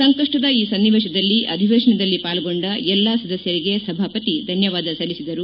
ಸಂಕಷ್ಟದ ಈ ಸ್ನಾವೇಶದಲ್ಲಿ ಅಧಿವೇಶನದಲ್ಲಿ ಪಾಲ್ಗೊಂಡ ಎಲ್ಲಾ ಸದಸ್ಕರಿಗೆ ಸಭಾಪತಿ ಧನ್ಮವಾದ ಸಲ್ಲಿಸಿದರು